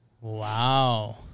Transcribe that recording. Wow